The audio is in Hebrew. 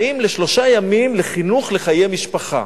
באים לשלושה ימים לחינוך לחיי משפחה,